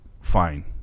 fine